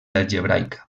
algebraica